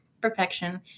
perfection